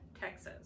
Texas